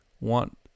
want